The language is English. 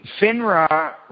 FINRA